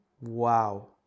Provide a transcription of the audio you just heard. Wow